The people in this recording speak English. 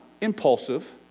impulsive